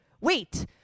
wait